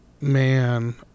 man